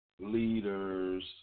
leaders